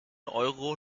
euro